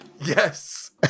Yes